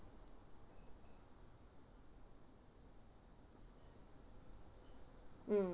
mm